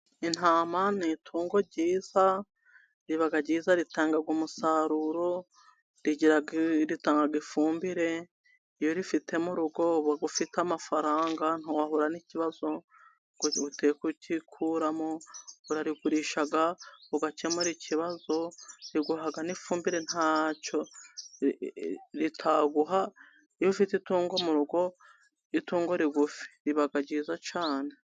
Intama n'itungo ryiza riba ryiza ritanga umusaruro, ritanga ifumbire. Iyo urifite murugo uba ufite amafaranga, ntiwahura n'ikibazo ngo unanirwe kucyikuramo urarigurisha ugakemure ikibazo. Riguha n'ifumbire ntacyo ritaguha. Iyo ufite itungo mu rugo rigufi riba ryiza cyane.